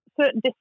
certain